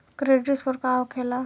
Credit score का होखेला?